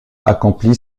accompli